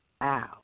Wow